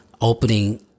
opening